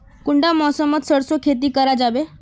कुंडा मौसम मोत सरसों खेती करा जाबे?